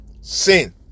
Sin